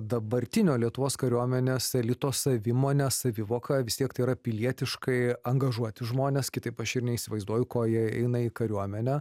dabartinio lietuvos kariuomenės elito savimonę savivoką vis tiek tai yra pilietiškai angažuoti žmonės kitaip aš ir neįsivaizduoju ko jie eina į kariuomenę